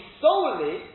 solely